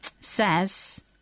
says